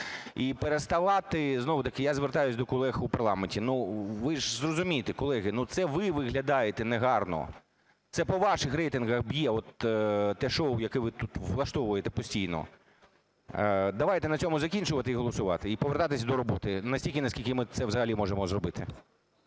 І переставати, знову-таки я звертаюсь до колег у парламенті, ну, ви ж зрозумійте, колеги, ну, це ви виглядаєте негарно. Це по ваших рейтингах б'є те шоу, яке ви тут влаштовуєте постійно. Давайте на цьому закінчувати і голосувати. І повертатись до роботи настільки, наскільки ми це взагалі можемо зробити.